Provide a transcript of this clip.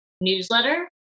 newsletter